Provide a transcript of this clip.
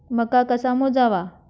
मका कसा मोजावा?